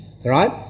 Right